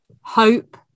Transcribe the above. hope